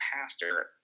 pastor